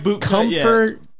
comfort